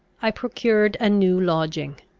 i procured a new lodging.